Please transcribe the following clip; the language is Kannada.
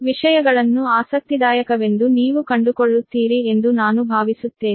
ವಿಷಯಗಳನ್ನು ಆಸಕ್ತಿದಾಯಕವೆಂದು ನೀವು ಕಂಡುಕೊಳ್ಳುತ್ತೀರಿ ಎಂದು ನಾನು ಭಾವಿಸುತ್ತೇನೆ